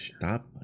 stop